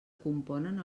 componen